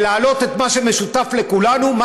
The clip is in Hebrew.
ולהעלות את מה שמשותף לכולנו,